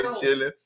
chilling